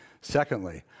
Secondly